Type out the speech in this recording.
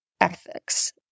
ethics